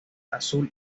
azul